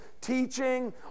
teaching